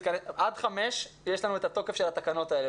עד השעה 5:00 בערב יש לנו את התוקף של התקנות האלה.